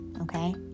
okay